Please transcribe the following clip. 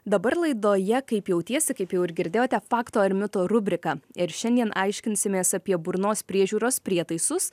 dabar laidoje kaip jautiesi kaip jau ir girdėjote fakto ar mito rubrika ir šiandien aiškinsimės apie burnos priežiūros prietaisus